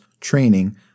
training